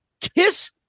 Kiss